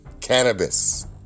cannabis